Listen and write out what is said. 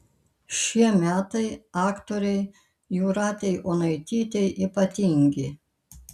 šie metai aktorei jūratei onaitytei ypatingi